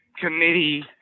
committee